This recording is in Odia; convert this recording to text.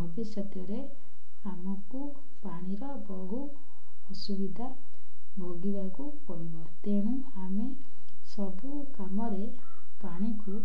ଭବିଷ୍ୟତରେ ଆମକୁ ପାଣିର ବହୁ ଅସୁବିଧା ଭୋଗିବାକୁ ପଡ଼ିବ ତେଣୁ ଆମେ ସବୁ କାମରେ ପାଣିକୁ